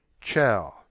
Chow